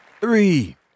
three